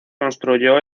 construyó